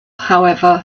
however